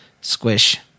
Squish